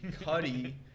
Cuddy